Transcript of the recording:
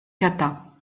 kata